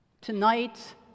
Tonight